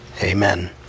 Amen